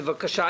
בבקשה.